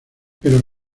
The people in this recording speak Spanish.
pero